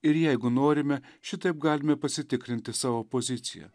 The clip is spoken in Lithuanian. ir jeigu norime šitaip galime pasitikrinti savo poziciją